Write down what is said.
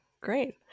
great